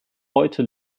heute